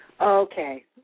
Okay